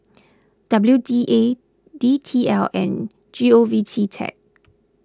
W D A D T L and G O V Tech